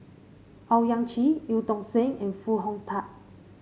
Owyang Chi Eu Tong Sen and Foo Hong Tatt